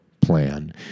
plan